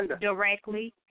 directly